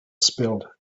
spilled